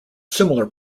similar